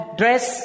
dress